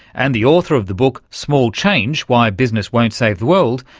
and the author of the book, small change why business won't save the world,